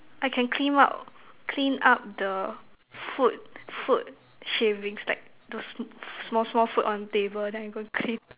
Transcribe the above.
I can clean up clean up the food food shavings like those small small food on the table then I go and clean